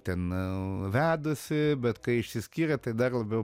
ten vedusi bet kai išsiskyrė tai dar labiau